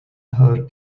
her